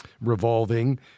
revolving